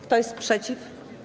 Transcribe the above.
Kto jest przeciw?